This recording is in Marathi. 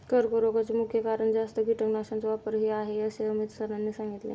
कर्करोगाचे मुख्य कारण जास्त कीटकनाशकांचा वापर हे आहे असे अमित सरांनी सांगितले